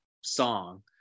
song